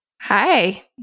Hi